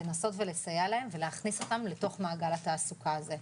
לנסות ולסייע להם ולהכניס אותם לתוך מעגל התעסוקה הזה.